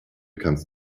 kannst